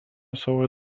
savo